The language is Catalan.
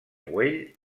güell